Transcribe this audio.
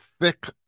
thick